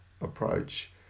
approach